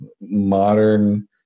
modern